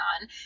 on